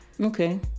Okay